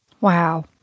Wow